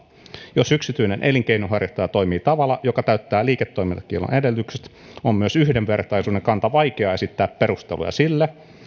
jos yksityinen elinkeinonharjoittaja toimii tavalla joka täyttää liiketoimintakiellon edellytykset on myös yhdenvertaisuuden kannalta vaikea esittää perusteluja sille